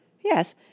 Yes